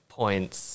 points